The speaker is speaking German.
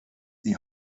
die